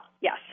Yes